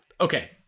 Okay